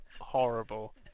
horrible